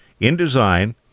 InDesign